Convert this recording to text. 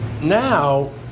now